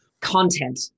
content